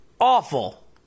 Awful